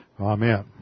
Amen